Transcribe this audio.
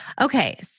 Okay